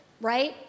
right